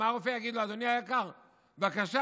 מה הרופא יגיד לו?